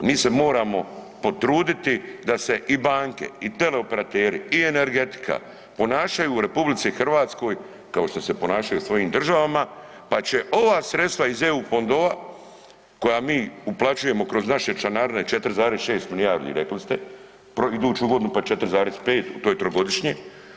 Mi se moramo potruditi da se i banke i teleoperateri i energetika ponašaju u RH kao što se ponašaju u svojim državama, pa će ova sredstva iz EU fondova koja mi uplaćujemo kroz naše članarine 4,6 milijardi, rekli ste iduću godinu, pa 4,5 u toj trogodišnji.